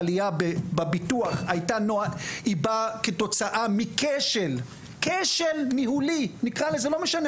העלייה בביטוח באה כתוצאה מכשל ניהולי, כתוצאה